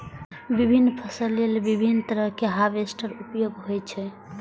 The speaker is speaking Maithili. विभिन्न फसल लेल विभिन्न तरहक हार्वेस्टर उपयोग होइ छै